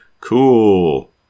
cool